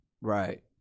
Right